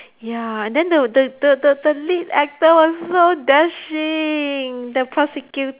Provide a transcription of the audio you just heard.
ya and then the the the the lead actor was so dashing the prosecutor